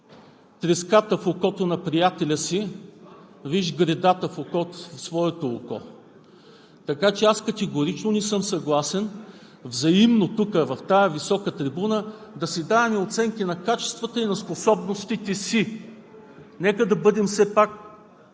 треската в окото на приятеля си, виж гредата в своето око. Така че аз категорично не съм съгласен взаимно тук от тази висока трибуна да даваме оценки на качествата и на способностите си. Нека да бъдем все пак